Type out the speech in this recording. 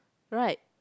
right